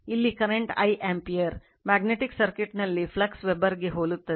ಇಲ್ಲಿ current I ampere magnetic ಸರ್ಕ್ಯೂಟ್ನಲ್ಲಿ flux weber ಗೆ ಹೋಲುತ್ತದೆ